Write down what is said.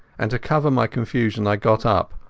and to cover my confusion i got up,